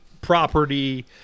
property